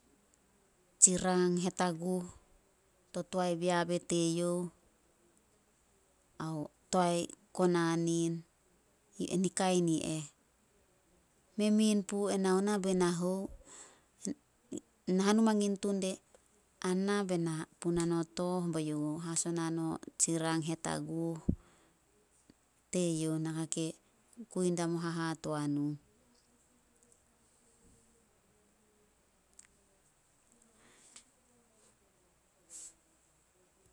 Tsi rang hetaguh, to toae beabe te youh ao toae konanin. Kain i eh, mei min puh e nao na be na hou. Na hanu mangin tun de anah be na puna no tooh, bai youh hasona na tsi rang hetaguh. Teyouh naka ke kui da mo hahatoan nuh.